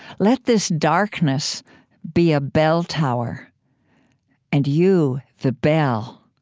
let this darkness be a bell tower and you the bell.